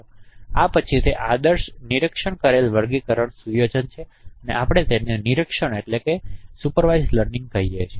તેથી આ તે પછી આદર્શ નિરીક્ષણ કરેલ વર્ગીકરણ સુયોજન છે અને આપણે તેને નિરીક્ષણ લર્નિંગ કહીએ છીએ